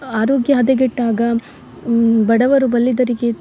ಆರೋಗ್ಯ ಹದಗೆಟ್ಟಾಗ ಬಡವರು ಬಲ್ಲಿದರಿಗೆ